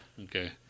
Okay